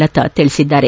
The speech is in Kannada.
ಲತಾ ತಿಳಿಸಿದ್ದಾರೆ